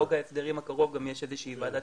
בחוק ההסדרים הקרוב גם יש איזה שהיא ועדת